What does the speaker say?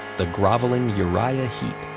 the groveling uriah heep,